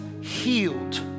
healed